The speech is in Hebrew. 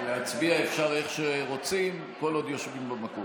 להצביע אפשר איך שרוצים, כל עוד יושבים במקום.